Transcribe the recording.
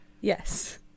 Yes